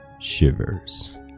Shivers